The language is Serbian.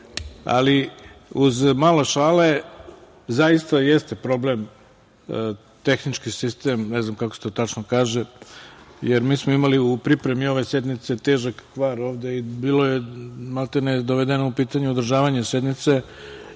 malo šale, zaista jeste problem tehnički sistem, ne znam kako se tačno kaže. Mi smo imali u pripremi ove sednice težak kvar ovde i maltene je bilo dovedeno u pitanje održavanje sednice